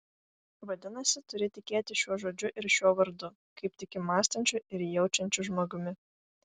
vadinasi turi tikėti šiuo žodžiu ir šiuo vardu kaip tiki mąstančiu ir jaučiančiu žmogumi